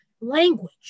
language